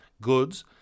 goods